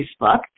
Facebook